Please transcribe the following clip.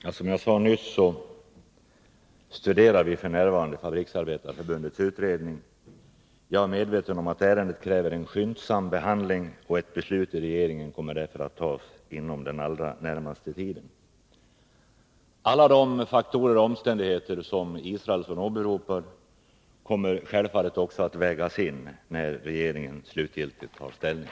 Herr talman! Som jag nyss sade studerar vi f. n. Fabriksarbetareförbundets utredning. Jag är medveten om att ärendet kräver en skyndsam behandling. Ett beslut inom regeringen kommer därför att fattas inom den allra närmaste tiden. Alla de faktorer och omständigheter som Per Israelsson åberopar kommer självfallet också att vägas in när regeringen slutgiltigt tar ställning.